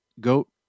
GOAT